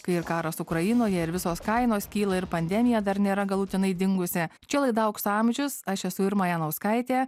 kai ir karas ukrainoje ir visos kainos kyla ir pandemija dar nėra galutinai dingusi čia laida aukso amžius aš esu irma janauskaitė